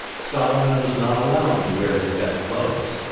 solomon was not allowed to wear his best clothes.